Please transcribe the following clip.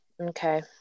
Okay